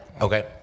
okay